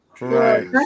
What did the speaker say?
Right